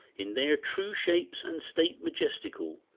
in their true shapes and state majestical,